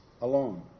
alone